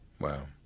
Wow